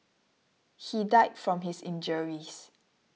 he died from his injuries